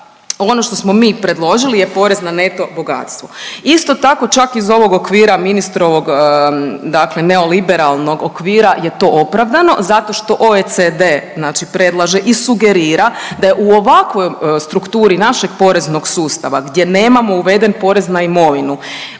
Ono što smo mi predložili je porez na neto bogatstvo. Isto tako čak iz ovog okvira ministrovog, dakle neoliberalnog okvira je to opravdano zato što OECD znači predlaže i sugerira da je u ovakvoj strukturi našeg poreznog sustava gdje nemamo uveden porez na imovinu,